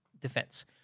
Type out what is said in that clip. defense